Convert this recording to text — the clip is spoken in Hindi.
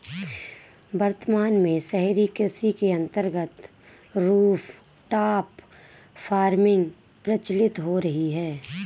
वर्तमान में शहरी कृषि के अंतर्गत रूफटॉप फार्मिंग प्रचलित हो रही है